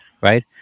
right